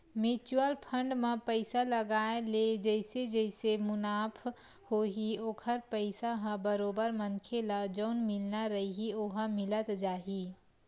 mutual fund म पइसा लगाय ले जइसे जइसे मुनाफ होही ओखर पइसा ह बरोबर मनखे ल जउन मिलना रइही ओहा मिलत जाही